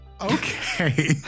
Okay